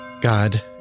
God